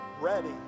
ready